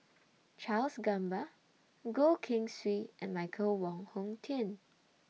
Charles Gamba Goh Keng Swee and Michael Wong Hong Teng